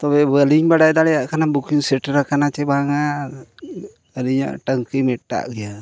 ᱛᱚᱵᱮ ᱵᱟᱹᱞᱤᱧ ᱵᱟᱲᱟᱭ ᱫᱟᱲᱮᱭᱟᱜ ᱠᱟᱱᱟ ᱥᱮᱴᱮᱨ ᱟᱠᱟᱱᱟ ᱪᱮ ᱵᱟᱝᱟ ᱟᱹᱞᱤᱧᱟᱜ ᱢᱤᱫᱴᱟᱜ ᱜᱮᱭᱟ